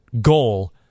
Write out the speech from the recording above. goal